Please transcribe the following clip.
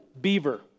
beaver